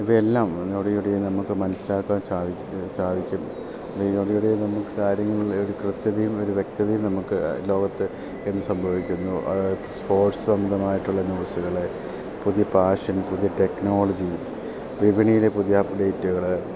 ഇവയെല്ലാം ഞൊടിയിടയിൽ നമുക്ക് മനസ്സിലാക്കുവാൻ സാധിക്കും സാധിക്കും ഈ ഞൊടിയിടയിൽ നമുക്ക് കാര്യങ്ങളിൽ ഒരു കൃത്യതയും ഒരു വ്യക്തതയും നമുക്ക് ലോകത്ത് എന്ത് സംഭവിക്കുന്നോ അതായത് സ്പോട്സ് സംബന്ധമായിട്ടുള്ള ന്യൂസുകൾ പുതിയ പാഷൻ പുതിയ ടെക്നോളജി വിപണിയിലെ പുതിയ അപ്ഡേറ്റുകൾ